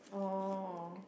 oh